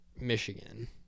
Michigan